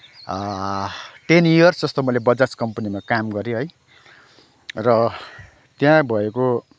ten years जस्तो मैले बजाज कम्पनीमा काम गरेँ है र त्यहाँ भएको